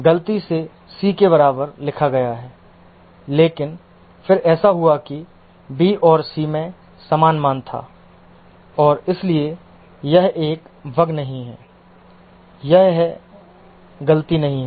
गलती से c के बराबर लिखा गया है लेकिन फिर ऐसा हुआ कि b और c में समान मान था और इसलिए यह एक बग नहीं है यह है गलती नहीं है